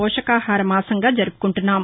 పోషకాహార మాసంగా జరుపుకుంటున్నాం